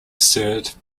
served